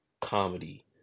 comedy